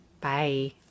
bye